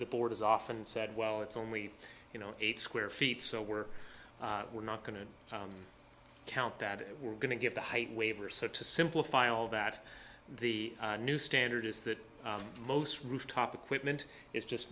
the board is off and said well it's only you know eight square feet so we're we're not going to count that we're going to give the height waiver so to simplify all that the new standard is that most rooftop equipment is just